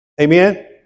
Amen